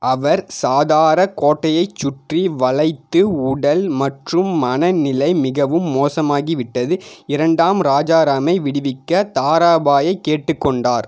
அவர் சதார கோட்டையைச் சுற்றி வளைத்து உடல் மற்றும் மன நிலை மிகவும் மோசமாகிவிட்டது இரண்டாம் ராஜாராமை விடுவிக்க தாராபாயைக் கேட்டுக் கொண்டார்